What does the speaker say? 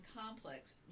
complex